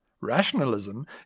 Rationalism